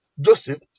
Joseph